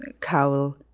cowl